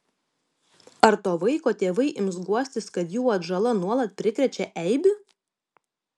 ar to vaiko tėvai ims guostis kad jų atžala nuolat prikrečia eibių